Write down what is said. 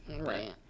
Right